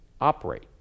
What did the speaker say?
operate